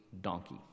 donkey